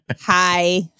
hi